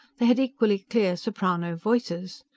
they had equally clear soprano voices.